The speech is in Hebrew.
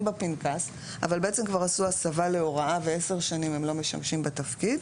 בפנקס אבל בעצם כבר עשו הסבה להוראה ו-10 שנים הם לא משמשים בתפקיד,